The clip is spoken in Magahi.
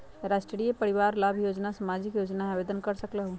राष्ट्रीय परिवार लाभ योजना सामाजिक योजना है आवेदन कर सकलहु?